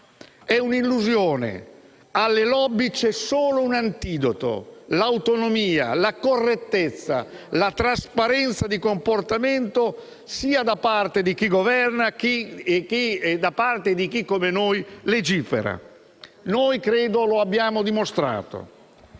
un'illusione! Alle *lobby* c'è solo un antidoto: l'autonomia, la correttezza e la trasparenza di comportamento sia da parte di chi governa, sia da parte di chi, come noi, legifera, e credo che lo abbiamo dimostrato.